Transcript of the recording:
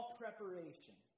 preparation